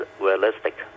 realistic